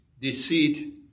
deceit